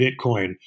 Bitcoin